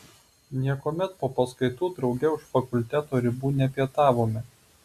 niekuomet po paskaitų drauge už fakulteto ribų nepietavome